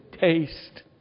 taste